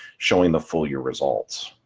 showing the full year results.